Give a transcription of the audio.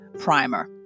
Primer